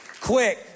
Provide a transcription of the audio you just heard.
Quick